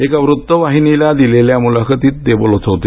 एका वृत्तवाहिनीला दिलेल्या मुलाखतीत ते बोलत होते